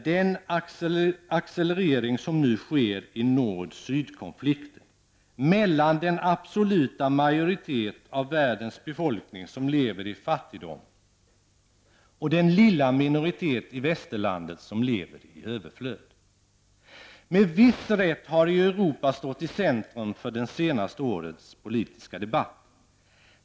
Den accelerering som nu sker i nord--sydkonflikten, mellan den absoluta majoritet av världens befolkning som lever i fattigdom och den lilla minoritet i västerlandet som lever i överflöd. Med viss rätt har Europa stått i centrum för det senaste årets politiska debatt.